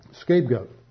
scapegoat